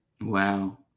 Wow